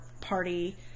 party